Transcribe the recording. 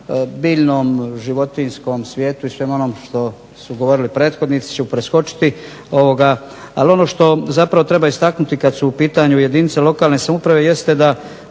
biljnom, životinjskom svijetu i svemu onom što su govorili prethodnici ću preskočiti. Ali ono što zapravo treba istaknuti kad su u pitanju jedinice lokalne samouprave jeste da